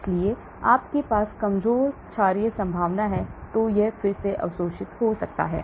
इसलिए यदि आपके पास कमजोर क्षारीय संभावना है तो यह फिर से अवशोषित हो सकता है